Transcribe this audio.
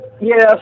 Yes